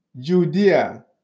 Judea